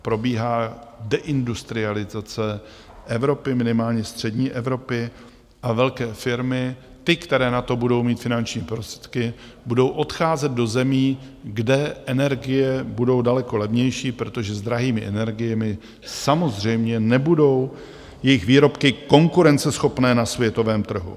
Probíhá deindustrializace Evropy, minimálně střední Evropy, a velké firmy, ty, které na to budou mít finanční prostředky, budou odcházet do zemí, kde energie budou daleko levnější, protože s drahými energiemi samozřejmě nebudou jejich výrobky konkurenceschopné na světovém trhu.